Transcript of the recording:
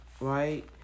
right